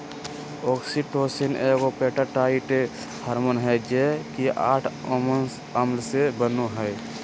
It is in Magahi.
ऑक्सीटोसिन एगो पेप्टाइड हार्मोन हइ जे कि आठ अमोनो अम्ल से बनो हइ